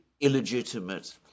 illegitimate